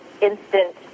instant